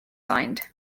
signed